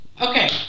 okay